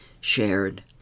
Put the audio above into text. shared